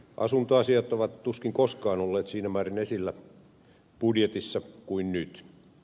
asuntoasiat ovat tuskin koskaan olleet siinä määrin esillä budjetissa kuin nyt